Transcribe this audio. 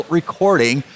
recording